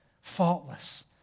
faultless